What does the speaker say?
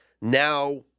Now